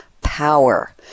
power